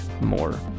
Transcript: more